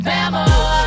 Bama